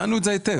הבנו את זה היטב.